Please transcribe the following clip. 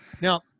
Now